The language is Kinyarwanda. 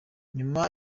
nyuma